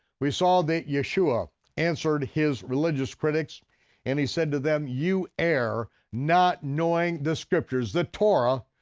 we saw that yeshua answered his religious critics and he said to them, you err, not knowing the scriptures, the torah,